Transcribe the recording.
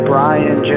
Brian